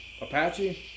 Apache